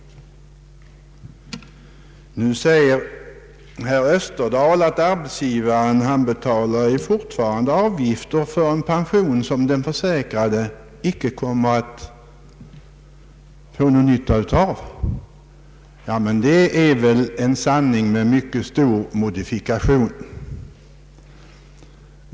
Nu säger herr Österdahl att arbetsgivaren fortfarande betalar avgifter för en pension som den försäkrade icke kommer att få någon nytta av. Det är väl en sanning med mycket stor modifikation.